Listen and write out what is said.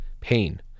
pain